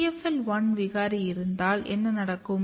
TFL 1 விகாரி இருந்தால் என்ன நடக்கும்